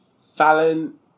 Fallon